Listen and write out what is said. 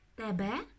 tebe